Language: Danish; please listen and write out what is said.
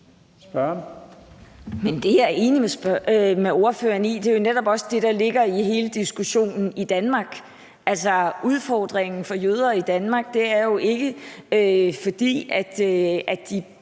det er jeg enig med ordføreren i. Det er netop også det, der ligger i hele diskussionen i Danmark. Altså, udfordringen for jøder i Danmark er jo ikke, at de